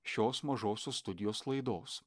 šios mažosios studijos laidos